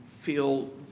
feel